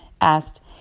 asked